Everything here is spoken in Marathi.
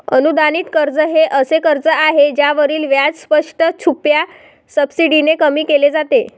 अनुदानित कर्ज हे असे कर्ज आहे ज्यावरील व्याज स्पष्ट, छुप्या सबसिडीने कमी केले जाते